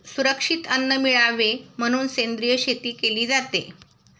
सुरक्षित अन्न मिळावे म्हणून सेंद्रिय शेती केली जाते